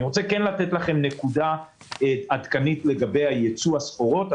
אני רוצה להציג לכם נקודה עדכנית לגבי ייצוא הסחורות.